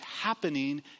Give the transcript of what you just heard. happening